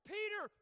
Peter